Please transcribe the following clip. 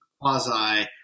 quasi